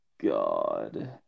God